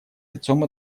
лицом